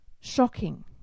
shocking